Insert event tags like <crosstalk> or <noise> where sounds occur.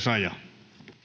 <unintelligible> puhemies